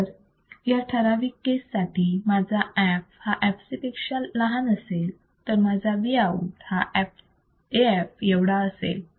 जर या ठराविक केस साठी माझा f हा fc पेक्षा लहान असेल तर माझा Vout हा AF एवढा असेल